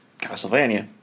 Castlevania